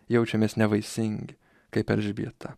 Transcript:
jaučiamės nevaisingi kaip elžbieta